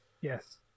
Yes